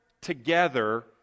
together